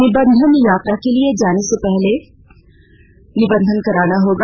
निबंधन यात्रा के लिए जाने से पहले कराना होगा